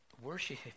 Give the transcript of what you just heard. worship